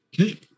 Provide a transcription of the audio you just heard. Okay